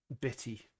bitty